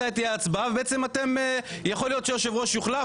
לא יודעים מתי תהיה ההצבעה ובעצם יכול להיות שהיושב-ראש יוחלף,